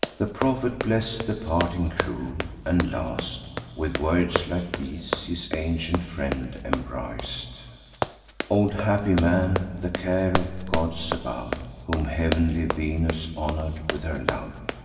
the prophet bless'd the parting crew, and last, with words like these, his ancient friend embrac'd old happy man, the care of gods above, whom heav'nly venus honor'd with her love,